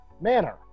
manner